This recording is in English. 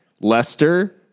Leicester